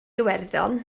iwerddon